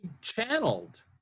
channeled